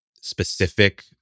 specific